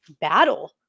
battle